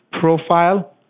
profile